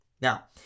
Now